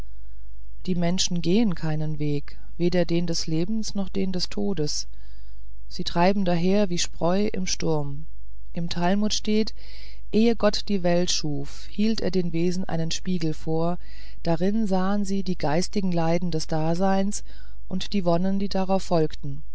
die menschen gehen keinen weg weder den des lebens noch den des todes sie treiben daher wie spreu im sturm im talmud steht ehe gott die welt schuf hielt er den wesen einen spiegel vor darin sahen sie die geistigen leiden des daseins und die wonnen die darauf folgten